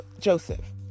Joseph